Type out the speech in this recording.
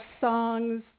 songs